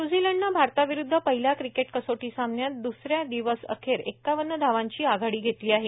न्य्झीलंडनं भारताविरुद्ध पहिल्या क्रिकेट कसोटी सामन्यात द्सऱ्या दिवस अखेर एक्कावन्न धावांची आघाडी घेतली आहे